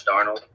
Darnold